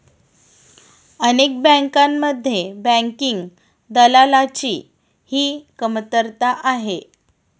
अनेक बँकांमध्ये बँकिंग दलालाची ही कमतरता आहे